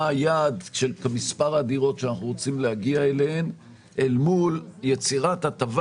היעד למספר הדירות שאנחנו רוצים להגיע אליהן אל מול יצירת הטבה